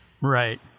Right